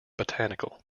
botanical